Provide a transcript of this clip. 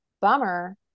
bummer